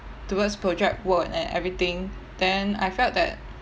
towards project work and everything then I felt that